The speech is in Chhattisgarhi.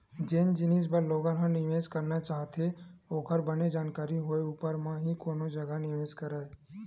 जेन जिनिस बर लोगन ह निवेस करना चाहथे ओखर बने जानकारी होय ऊपर म ही कोनो जघा निवेस करय